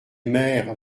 mères